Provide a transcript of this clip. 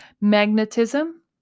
magnetism